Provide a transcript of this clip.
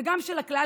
וגם של הכלל,